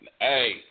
hey